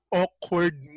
awkward